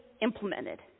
implemented